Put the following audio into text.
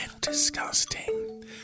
disgusting